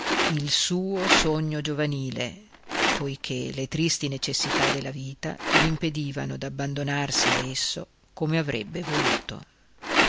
il suo sogno giovanile poiché le tristi necessità della vita gl'impedivano d'abbandonarsi a esso come avrebbe voluto